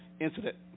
incident